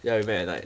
ya we met at night